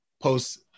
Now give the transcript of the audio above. post